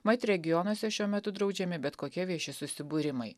mat regionuose šiuo metu draudžiami bet kokie vieši susibūrimai